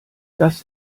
das